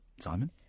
Simon